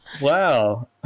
Wow